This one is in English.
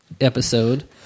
episode